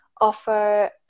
offer